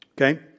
Okay